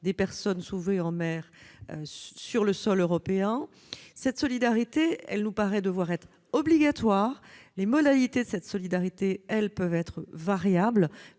des personnes sauvées en mer. Cette solidarité nous paraît devoir être obligatoire. Les modalités de cette solidarité, elles, peuvent être variables.